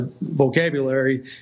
vocabulary